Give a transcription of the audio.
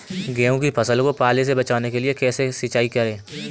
गेहूँ की फसल को पाले से बचाने के लिए कैसे सिंचाई करें?